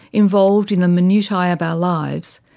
involved in the minutiae of our lives,